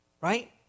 Right